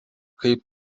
kaip